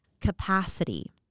capacity